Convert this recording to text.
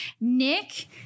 Nick